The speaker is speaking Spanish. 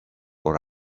por